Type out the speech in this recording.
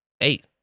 Eight